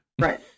right